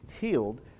healed